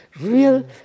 real